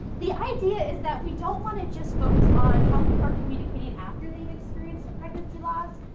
the idea is that we don't wanna just focus on how people are communicating after they've experienced a pregnancy loss.